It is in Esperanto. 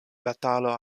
batalo